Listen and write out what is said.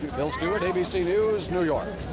bill stewart, abc news, new york.